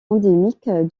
endémique